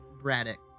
Braddock